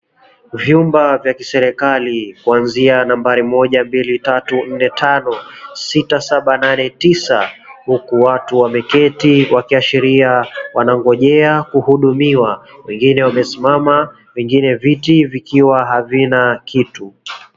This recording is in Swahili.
Vyumba vya kiserikali kuanzia nambari moja, mbili, tatu, nne ,tano, sita, saba, nane, tisa huku watu wameketi wakiashiria wanagonjea kuhudumiwa. Wengine wamesimama na pengine viti havina kitu